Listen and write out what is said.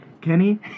Kenny